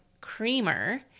creamer